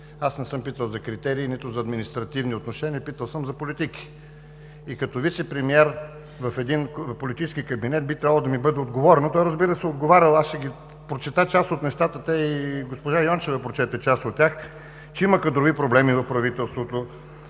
Аз не съм питал за критерии, нито за административни отношения. Питал съм за политики. И като вицепремиер в един политически кабинет би трябвало да ми бъде отговорено – той, разбира се, е отговарял. Аз ще прочета част от нещата. Госпожа Йончева прочете част от тях – че има кадрови проблеми в правителството,